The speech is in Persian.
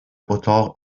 اتاق